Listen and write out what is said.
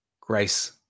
grace